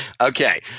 Okay